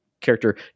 character